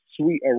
sweet